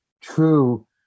true